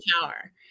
power